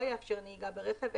לא יאפשר נהיגה ברכב,